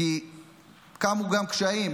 קמו גם קשיים,